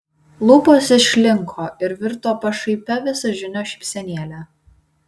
lūpos išlinko ir virto pašaipia visažinio šypsenėle